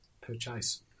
purchase